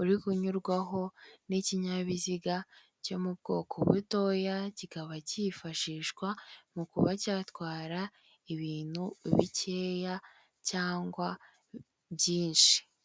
uri kunyurwaho n'ikinyabiziga cyo mu bwoko butoya kikaba cyifashishwa mu kuba cyatwara ibintu bikeya cyangwa byinshi.